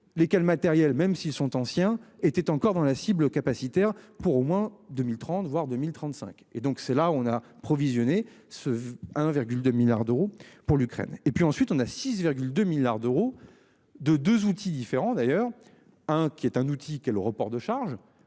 lesquels matériel, même s'ils sont anciens étaient encore dans la cible capacitaire pour au moins 2030 voire 2035 et donc c'est là où on a provisionné se 1,2 milliards d'euros pour l'Ukraine et puis ensuite on a 6,2 milliards d'euros de 2 outils différents d'ailleurs, hein, qui est un outil qu'est le report de charges.